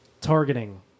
Targeting